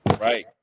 right